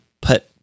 put